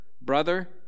brother